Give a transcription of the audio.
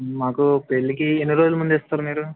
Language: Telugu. మాకూ పెళ్ళికి ఎన్ని రోజుల ముందు ఇస్తారు మీరు